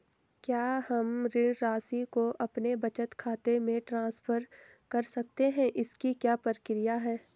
क्या हम ऋण राशि को अपने बचत खाते में ट्रांसफर कर सकते हैं इसकी क्या प्रक्रिया है?